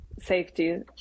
safety